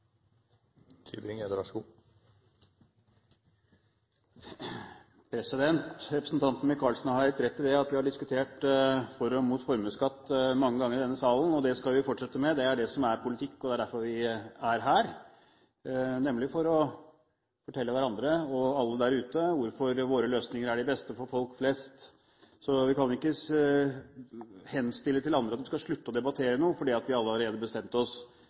man der redegjøre for det som er posisjonene til nå? Jeg vil jo tippe at det er det siste, og da er vi omtrent like langt. Representanten Micaelsen har helt rett i at vi har diskutert for og imot formuesskatt mange ganger i denne salen, og det skal vi fortsette med. Det er det som er politikk, og det er derfor vi er her, nemlig for å fortelle hverandre og alle der ute hvorfor våre løsninger er de beste for folk flest. Vi kan ikke henstille til andre at de skal